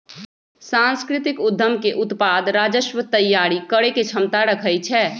सांस्कृतिक उद्यम के उत्पाद राजस्व तइयारी करेके क्षमता रखइ छै